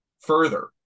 further